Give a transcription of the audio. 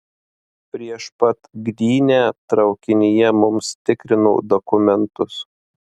prieš pat gdynę traukinyje mums tikrino dokumentus